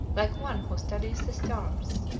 like one who studies the stars.